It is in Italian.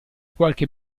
qualche